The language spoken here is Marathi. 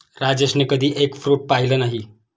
राजेशने कधी एग फ्रुट पाहिलं नाही